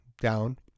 down